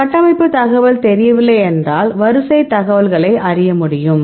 கட்டமைப்பு தகவல் தெரியவில்லை என்றால் வரிசை தகவல்களை அறிய முடியும்